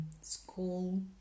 school